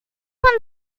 one